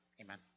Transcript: amen